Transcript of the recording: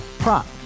Prop